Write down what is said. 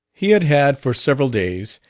he had had, for several days,